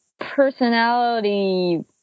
personality